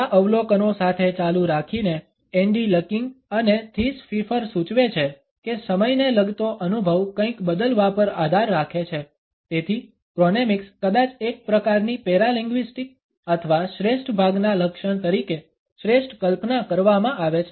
આ અવલોકનો સાથે ચાલુ રાખીને એન્ડી લકીંગ અને થીસ ફીફર સૂચવે છે કે સમયને લગતો અનુભવ કંઈક બદલવા પર આધાર રાખે છે તેથી ક્રોનેમિક્સ કદાચ એક પ્રકારની પેરાલિંગ્વિસ્ટિક અથવા શ્રેષ્ઠ ભાગનાં લક્ષણ તરીકે શ્રેષ્ઠ કલ્પના કરવામાં આવે છે